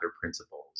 principles